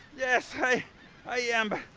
yes i am but